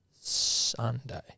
Sunday